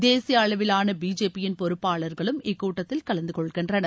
தேசிய அளவிலான பிஜேபியின் பொறுப்பாளர்களும் இக் கூட்டத்தில் கலந்துகொள்கின்றனர்